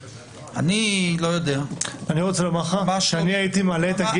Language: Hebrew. אני הייתי מעלה את הגיל.